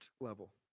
level